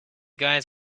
guys